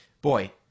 boy